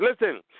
listen